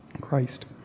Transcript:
Christ